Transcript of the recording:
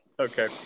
Okay